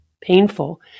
painful